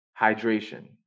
Hydration